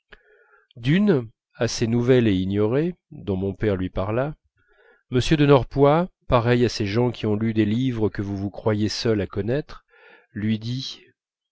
d'une assez nouvelle et ignorée dont mon père lui parla m de norpois pareil à ces gens qui ont lu des livres que vous vous croyez seul à connaître lui dit